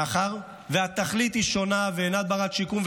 מאחר שהתכלית היא שונה ואינה בת-שיקום.